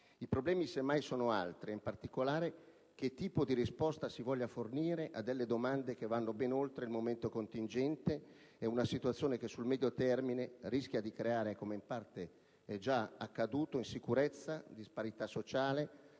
I problemi, semmai, sono altri. Dovremmo capire, in particolare, che tipo di risposta si vuole fornire a delle domande che vanno ben oltre il momento contingente, ad una situazione che sul medio termine rischia di creare, come in parte è già accaduto, insicurezza, disparità sociale,